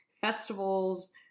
festivals